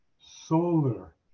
solar